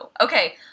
Okay